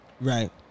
Right